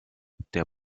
der